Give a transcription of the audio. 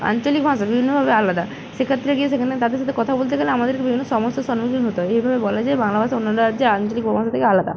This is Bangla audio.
আঞ্চলিক ভাষা বিভিন্নভাবে আলাদা সে ক্ষেত্রে গিয়ে সেখানে তাদের সাথে কথা বলতে গেলে আমাদেরকে বিভিন্ন সমস্যার সম্মুখীন হতে হয় এইভাবে বলা যায় বাংলা ভাষা অন্যান্য রাজ্যের আঞ্চলিক উপভাষা থেকে আলাদা